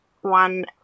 one